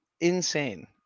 Insane